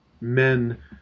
men